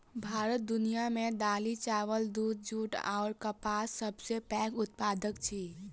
भारत दुनिया मे दालि, चाबल, दूध, जूट अऔर कपासक सबसे पैघ उत्पादक अछि